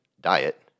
diet